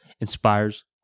inspires